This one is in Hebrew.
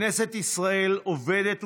כנסת ישראל עובדת ופעילה,